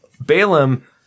Balaam